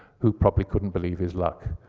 who probably couldn't believe his luck.